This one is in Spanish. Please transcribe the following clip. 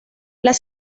las